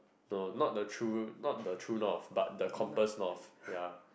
no not the true not the true north but the compass north ya